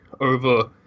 over